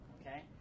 okay